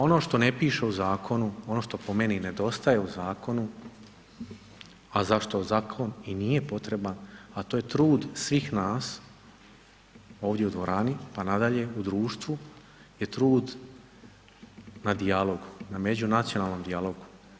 Ono što ne piše u zakonu, ono što po meni nedostaje u zakonu, a zašto zakon i nije potreban, a to je trud svih nas ovdje u dvorani, pa nadalje, u društvu, je trud na dijalogu, na međunacionalnom dijalogu.